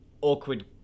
awkward